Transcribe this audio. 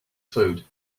food